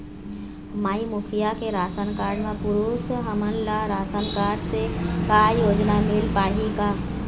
माई मुखिया के ration card म पुरुष हमन ला रासनकारड से का योजना मिल पाही का?